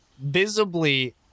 visibly